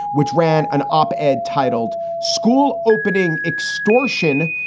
which ran an op ed titled school opening extortion.